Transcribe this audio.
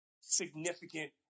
significant